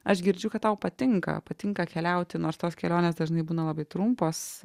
aš girdžiu kad tau patinka patinka keliauti nors tos kelionės dažnai būna labai trumpos